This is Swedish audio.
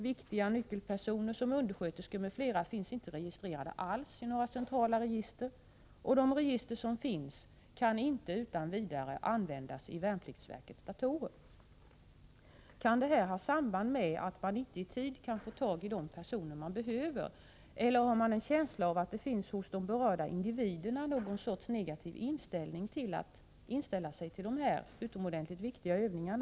Viktiga nyckelpersoner som undersköterskor m.fl. finns inte alls registrerade i centrala register, och de register som finns kan inte utan vidare användas i värnpliktsverkets datorer. Kan det faktum att man inte i tid kan få tag i de personer man behöver ha samband med det här, eller har man en känsla av att det hos de berörda individerna finns en negativ inställning till att inställa sig till dessa utomordentligt viktiga övningar?